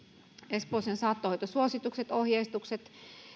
espooseen saattohoitosuositukset ohjeistukset